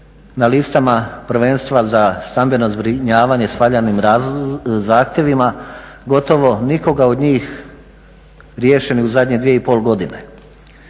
na listama prvenstva za stambeno zbrinjavanje s valjanim zahtjevima gotovo nikoga od njih riješeni o zadnje dvije i pol godine.